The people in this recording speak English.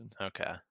Okay